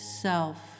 self